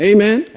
Amen